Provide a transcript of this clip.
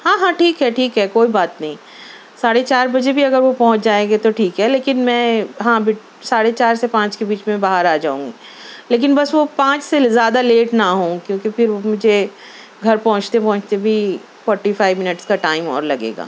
ہاں ہاں ٹھیک ٹھیک ہے کوئی بات نہیں ساڑھے چار بجے بھی اگر وہ پہونچ جائیں گے تو ٹھیک ہے لیکن میں ہاں ساڑھے چار سے پانچ کے بیچ میں باہر آ جاؤں گی لیکن بس وہ پانچ سے زیادہ لیٹ نا ہوں کیونکہ پھر مجھے گھر پہونچتے پہونچتے بھی فورٹی فائیو مِنٹس کا ٹائم اور لگے گا